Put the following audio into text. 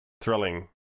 thrilling